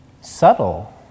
subtle